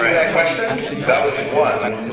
ah that question? that was one,